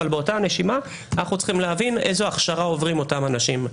אבל באותה נשימה אנחנו צריכים להבין איזו הכשרה עוברים אותם אנשים.